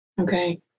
Okay